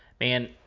Man